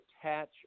attach